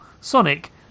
Sonic